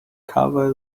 cover